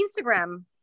Instagram